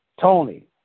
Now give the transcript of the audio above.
Tony